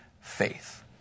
faith